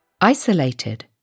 isolated